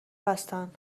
هستن